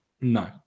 No